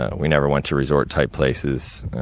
we never went to resort type places,